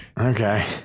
Okay